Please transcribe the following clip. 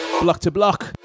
Block-to-block